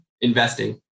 investing